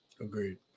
Agreed